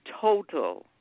total